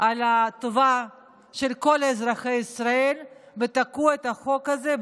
על הטובה של כל אזרחי ישראל ותקעו את החוק הזה,